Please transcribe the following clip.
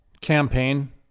campaign